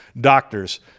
doctors